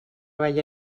veia